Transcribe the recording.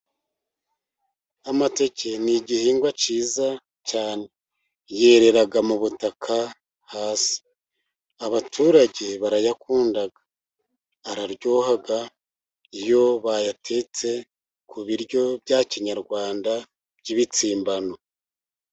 Amateke ni igihingwa cyiza cyane. Yerera mu butaka hasi. Abaturage barayakunda, araryoha, iyo bayatetse ku biryo bya kinyarwanda by'ibitsimbano.